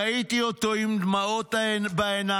ראיתי אותו עם דמעות בעיניים,